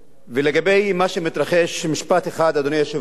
ולגבי מה שמתרחש, משפט אחד, אדוני היושב-ראש,